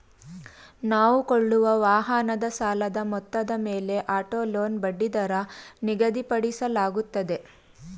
ನಾವು ಕೊಳ್ಳುವ ವಾಹನದ ಸಾಲದ ಮೊತ್ತದ ಮೇಲೆ ಆಟೋ ಲೋನ್ ಬಡ್ಡಿದರ ನಿಗದಿಪಡಿಸಲಾಗುತ್ತದೆ